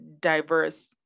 diverse